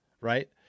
right